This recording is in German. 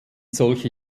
solche